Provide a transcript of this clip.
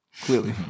Clearly